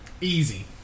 Easy